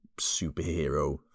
superhero